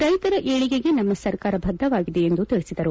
ರೈತರ ಏಳಿಗೆಗೆ ನಮ್ಮ ಸರ್ಕಾರ ಬದ್ದವಾಗಿದೆ ಎಂದು ತಿಳಿಸಿದರು